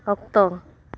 ᱚᱠᱛᱚ